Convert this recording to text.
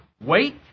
wait